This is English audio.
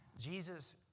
Jesus